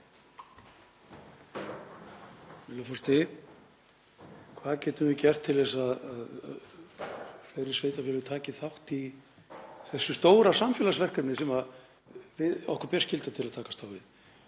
forseti. Hvað getum við gert til að fleiri sveitarfélög taki þátt í þessu stóra samfélagsverkefni sem okkur ber skylda til að takast á við?